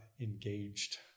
engaged